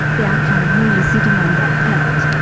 they are kind of really sitting on that urge.